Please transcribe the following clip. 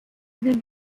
den